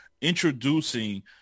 introducing